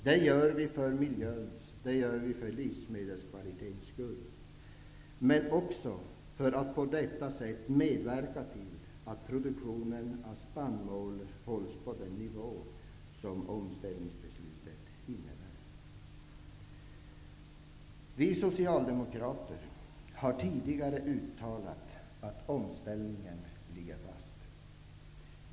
Det gör vi för miljöns och livsmedelskvalitetens skull, men också för att på detta sätt medverka till att produktionen av spannmål hålls på den nivå som omställningsbeslutet innebär. Vi socialdemokrater har tidigare uttalat att omställningen skall ligga fast.